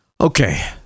Okay